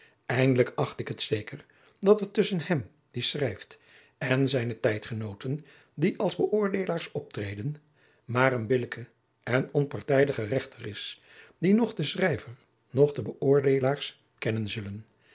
eindelijk acht ik het zeker dat er tusschen hem die schrijft en zijne tijdgenooten die als beoordeelaars optreden maar een billijke en onpartijdige regter is dien noch de schrijver noch de beoordeelaars kennen zullen